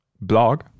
blog